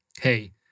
Hey